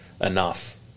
enough